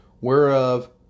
whereof